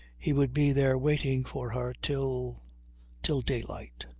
he would be there waiting for her till till daylight.